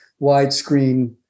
widescreen